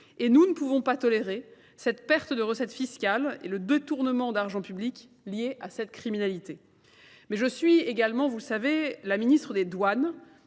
et nous ne pouvons pas tolérer cette perte de recette fiscale et le détournement d'argent public lié à cette criminalité. Mais je suis également, vous le savez, la ministre des douanes